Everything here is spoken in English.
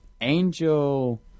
Angel